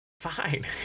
Fine